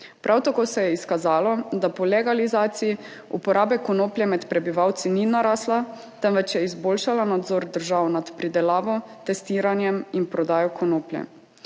Prav tako se je izkazalo, da po legalizaciji uporabe konoplje med prebivalci ni narasla, temveč je izboljšala nadzor držav nad pridelavo, testiranjem in prodajo konoplje.